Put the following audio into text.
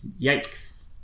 Yikes